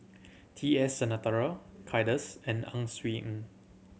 T S Sinnathuray Kay Das and Ang Swee Aun